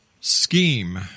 scheme